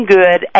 good